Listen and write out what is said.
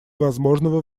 возможного